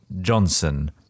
Johnson